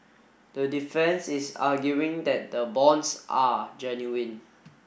the defence is arguing that the bonds are genuine